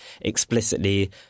explicitly